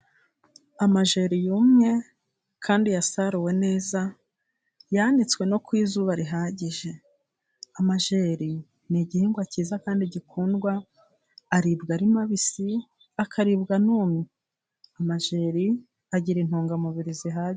Amajeri yumye kandi yasaruwe neza, yanitswe no ku izuba rihagije, amajeri ni igihingwa cyiza kandi gikundwa; aribwa ari mabisi, akaribwa anumye. Amajeri agira intungamubiri zihagije.